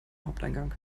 haupteingang